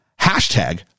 Hashtag